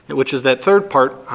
which is that third part.